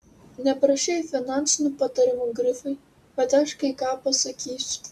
neprašei finansinių patarimų grifai bet aš kai ką pasakysiu